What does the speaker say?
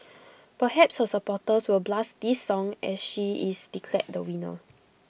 perhaps her supporters will blast this song as she is declared the winner